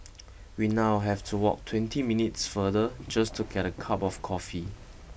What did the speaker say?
we now have to walk twenty minutes farther just to get a cup of coffee